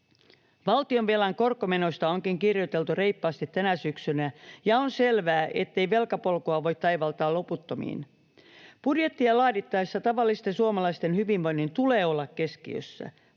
Valtionvelan korkomenoista onkin kirjoiteltu reippaasti tänä syksynä, ja on selvää, ettei velkapolkua voi taivaltaa loputtomiin. Budjettia laadittaessa tavallisten suomalaisten hyvinvoinnin tulee olla keskiössä.